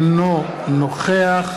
אינו נוכח